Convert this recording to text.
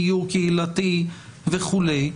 דיור קהילתי וכו',